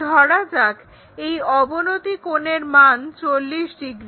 ধরা যাক এই অবনতি কোণের মান 40 ডিগ্রি